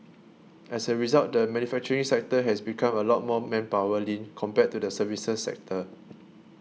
as a result the manufacturing sector has become a lot more manpower lean compared to the services sector